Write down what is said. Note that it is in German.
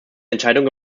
entscheidung